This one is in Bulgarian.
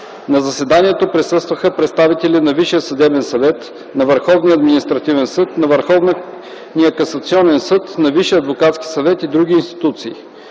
На заседанието присъстваха представители на Висшия съдебен съвет, на Върховния административен съд, на Върховния касационен съд, на Висшия адвокатски съвет и други институции.